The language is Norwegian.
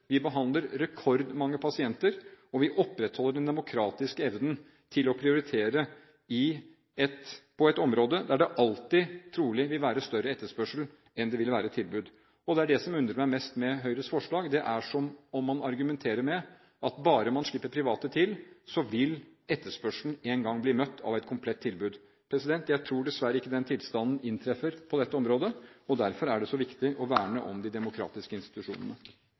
Vi behandler rekordmange pasienter, og vi opprettholder den demokratiske evnen til å prioritere på et område der det trolig alltid vil være større etterspørsel enn det vil være tilbud. Og det som undrer meg mest med Høyres forslag, det er som om man argumenterer med at bare man slipper private til, vil etterspørselen en gang bli møtt av et komplett tilbud. Jeg tror dessverre ikke den tilstanden inntreffer på dette området, og derfor er det så viktig å verne om de demokratiske institusjonene.